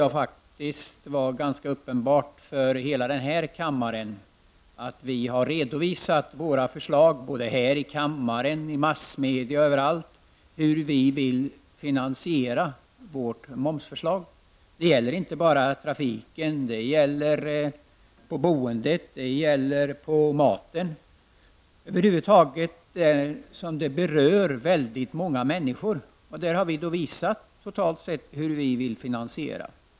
Jag trodde faktiskt att det var uppenbart för alla här i kammaren att vi har redovisat i riksdagen, i massmedia och överallt hur vi vill finansiera vårt förslag. Det gäller inte bara trafiken och boendet utan det gäller även maten, över huvud taget allt som berör väldigt många människor. Vi har visat totalt sett hur vi vill finansiera.